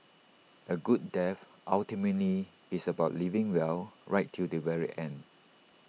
A good death ultimately is about living well right till the very end